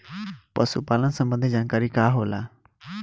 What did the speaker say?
पशु पालन संबंधी जानकारी का होला?